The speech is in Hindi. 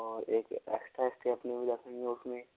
और एक ऐक्स्ट्रा स्टेप्नी भी लगनी है उसमें